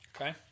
Okay